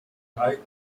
drei